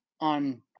on